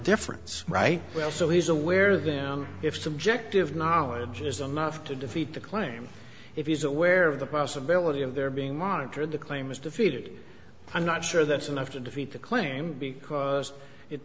difference right well so he's aware that if subjective knowledge is enough to defeat the claim if he's aware of the possibility of their being monitored the claim is defeated i'm not sure that's enough to defeat the claim because it